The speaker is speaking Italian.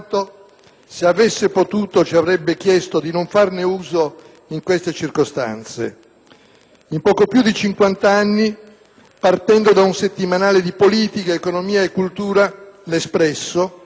se avesse potuto, ci avrebbe chiesto di non farne uso in queste circostanze. In poco più di cinquant'anni, partendo da un settimanale di politica, economia e cultura, «L'Espresso»,